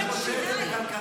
אני רוצה את זה בכלכלה.